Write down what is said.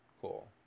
Cool